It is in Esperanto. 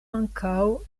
ankaŭ